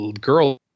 girl